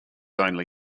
only